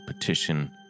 petition